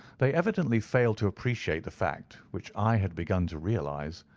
they evidently failed to appreciate the fact, which i had begun to realize,